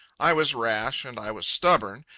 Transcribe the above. i was rash, and i was stubborn.